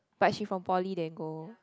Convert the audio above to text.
but she from poly leh go